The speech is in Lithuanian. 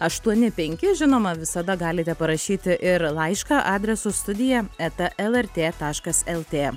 aštuoni penki žinoma visada galite parašyti ir laišką adresu studija eta lrt taškas lt